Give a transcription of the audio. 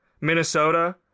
Minnesota